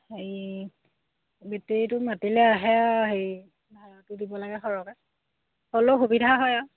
হেৰি বেটেৰীটো মাতিলে আহে হেৰি ভাড়াটো দিব লাগে সৰহকে হ'লেও সুবিধা হয় আৰু